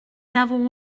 n’avons